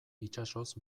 itsasoz